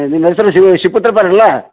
ನಿಮ್ಮ ಹೆಸ್ರ್ ಶಿವ ಶಿಪುತ್ರಪ್ಪರು ಅಲ್ವಾ